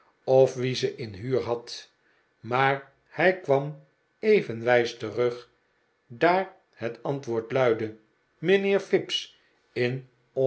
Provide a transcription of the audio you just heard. of wie ze in huur had maar hij kwam even wijs terug daar het antwoord luidde mijnheer fips in